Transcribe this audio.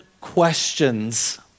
questions